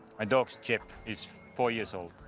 my dog's jep, he's four years old.